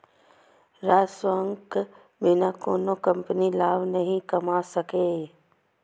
राजस्वक बिना कोनो कंपनी लाभ नहि कमा सकैए